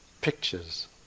pictures